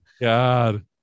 god